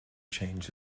changed